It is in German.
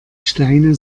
steine